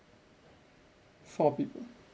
four people